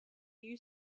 you